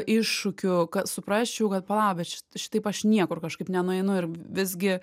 iššūkių kad suprasčiau kad pala bet šitaip aš niekur kažkaip nenueinu ir visgi